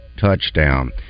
touchdown